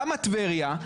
למה טבריה?